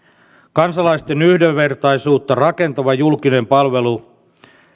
kansalaisten yhdenvertaisuutta rakentava julkinen palvelu